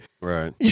Right